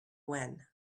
when